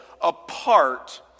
apart